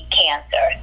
cancer